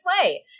play